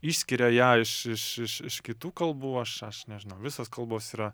išskiria ją iš iš iš iš kitų kalbų aš aš nežinau visos kalbos yra